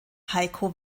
heiko